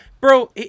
bro